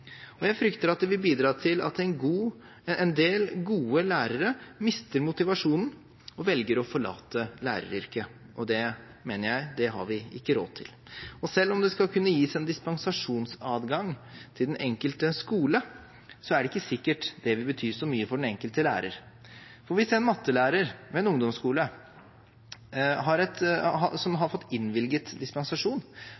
og jeg frykter at det vil bidra til at en del gode lærere mister motivasjonen og velger å forlate læreryrket. Og det – mener jeg – har vi ikke råd til. Selv om det skal kunne gis en disposisjonsadgang til den enkelte skole, er det ikke sikkert det vil bety så mye for den enkelte lærer. Og hvis en mattelærer ved en ungdomsskole som har fått innvilget dispensasjon,